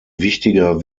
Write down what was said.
wichtiger